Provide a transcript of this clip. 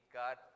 god